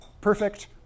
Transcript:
perfect